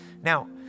Now